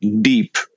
deep